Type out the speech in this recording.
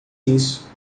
isso